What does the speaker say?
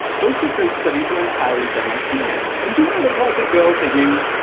both of those studies were entirely done on females, and do i look like a girl to you.